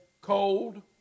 cold